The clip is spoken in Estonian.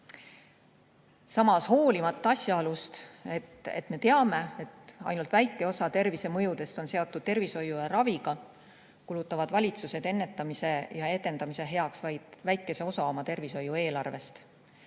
Samas hoolimata asjaolust, et me teame, et ainult väike osa tervisemõjudest on seotud tervishoiu ja raviga, kulutavad valitsused ennetamise ja edendamise heaks vaid väikese osa oma tervishoiueelarvest.